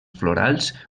florals